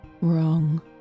wrong